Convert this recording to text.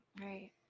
Right